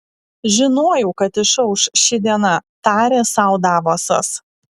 žinojau kad išauš ši diena tarė sau davosas